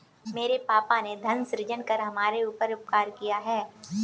मेरे पापा ने धन सृजन कर हमारे ऊपर उपकार किया है